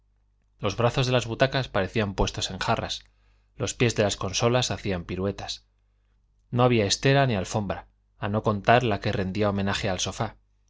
los brazos de las butacas parecían puestos en jarras los pies de las consolas hacían piruetas no había estera ni alfombra a no contar la que rendía homenaje al sofá